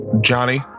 Johnny